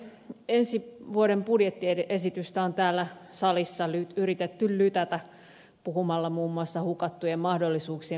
ensi vuoden budjettiesitystä on täällä salissa yritetty lytätä puhumalla muun muassa hukattujen mahdollisuuksien budjetista